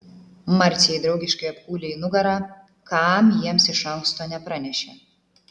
marcė jį draugiškai apkūlė į nugarą kam jiems iš anksto nepranešė